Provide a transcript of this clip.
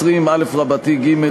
20א(ג),